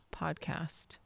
podcast